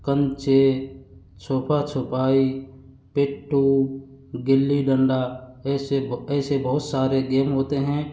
कंचे छुपा छुपाई पिट्टू गिल्ली डंडा ऐसे ऐसे बहुत सारे गेम होते हैं